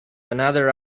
another